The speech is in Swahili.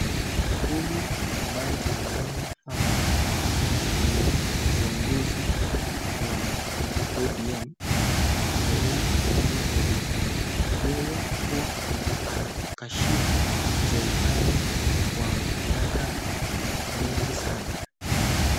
Huyu ambaye tunamuona hapa ni kiongozi wa ODM Raila Amollo Odinga, yeye huwa anakashifu serekali kwa miaka mingi sana.